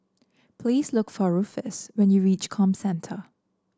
please look for Ruffus when you reach Comcentre